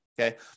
Okay